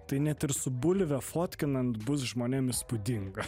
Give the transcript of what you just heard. tai net ir su bulve fotkinant bus žmonėm įspūdinga